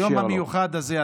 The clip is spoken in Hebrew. ליום המיוחד הזה,